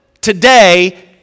today